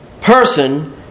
person